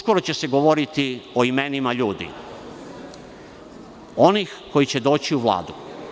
Uskoro će se govoriti o imenima ljudi onih koji će doći u Vladu.